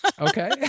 Okay